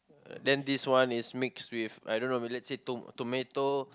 then this one is mixed with I don't know maybe let's say tom~ tomato